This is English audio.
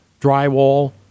drywall